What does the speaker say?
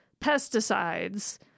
pesticides